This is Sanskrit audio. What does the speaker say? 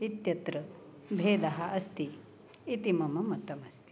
इत्यत्र भेदः अस्ति इति मम मतम् अस्ति